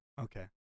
Okay